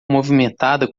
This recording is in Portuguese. movimentada